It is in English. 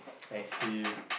I see